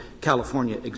California